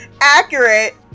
accurate